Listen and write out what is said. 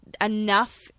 enough